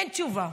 אין תשובה,